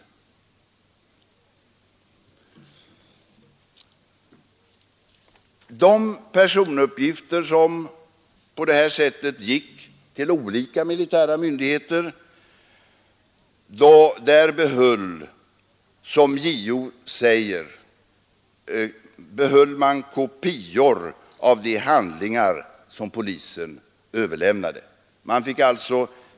Av de handlingar med personuppgifter som polisen överlämnade till olika militära myndigheter behöll de militära myndigheterna kopior.